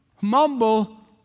mumble